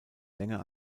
länger